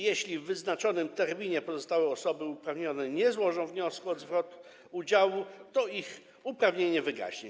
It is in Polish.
Jeśli w wyznaczonym terminie pozostałe osoby uprawnione nie złożą wniosku o zwrot udziału, to ich uprawnienie wygaśnie.